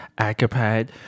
Acapad